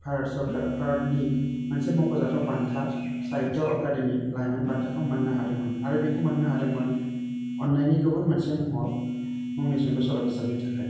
भारत सरकार भारतनि मोनसे मख'जाथाव बान्था साहित्य एकाडेमि लाइमोन बान्थाखौ मोननो हादोंमोन आरो बेखौ मोननो हादोंमोन अन्नायनि गुबुन मोनसे महर मुंनि सुंद' सल' बिजाबनि थाखाय